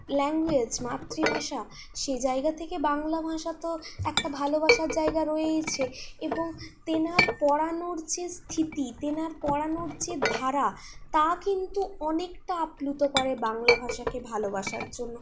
language মাতৃভাষা সে জায়গা থেকে বাংলা ভাষা তো একটা ভালোবাসার জায়গা রয়েইছে এবং তেনার পড়ানোর যে স্মৃতি তেনার পড়ানোর যে ধারা তা কিন্তু অনেকটা আপ্লুত করে বাংলা ভাষাকে ভালোবাসার জন্য